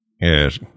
Yes